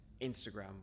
Instagram